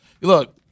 look